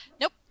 Nope